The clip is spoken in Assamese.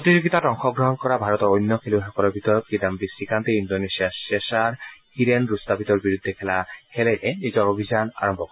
প্ৰতিযোগিতাত অংশগ্ৰহণ কৰা ভাৰতৰ অন্য খেলুৱৈসকলৰ ভিতৰত কিদান্বী শ্ৰীকান্তে ইণ্ডোনেছিয়াৰ শ্বেশাৰ হিৰেন ৰুষ্টাৱিটোৰ বিৰুদ্ধে খেলা খেলেৰে নিজৰ অভিযান আৰম্ভ কৰিব